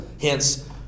Hence